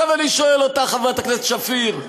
עכשיו אני שואל אותך, חברת הכנסת שפיר,